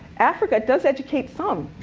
africa does educate some,